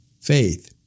faith